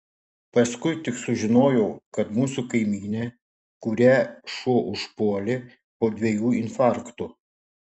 paskui tik sužinojau kad mūsų kaimynė kurią šuo užpuolė po dviejų infarktų